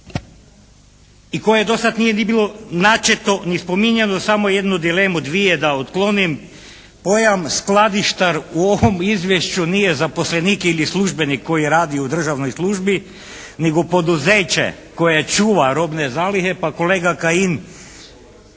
i koje do sad nije ni bilo načeto ni spominjano, samo jednu dilemu, dvije da otklonim. Pojam skladištar u ovom izvješću nije zaposlenih ili službenik koji radi u državnoj službi, nego poduzeće koje čuva robne zalihe, pa kolega Kajin